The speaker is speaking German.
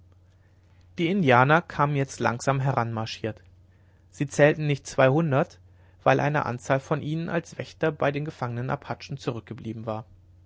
die indianer kamen jetzt langsam heranmarschiert sie zählten nicht zweihundert weil eine anzahl von ihnen als wächter bei den gefangenen apachen zurückgeblieben war